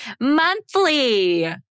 Monthly